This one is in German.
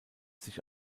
sich